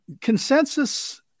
consensus